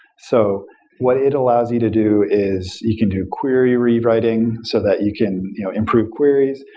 so what it allows you to do is you can do query rewriting so that you can improve queries.